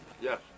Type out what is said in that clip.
Yes